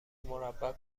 مربع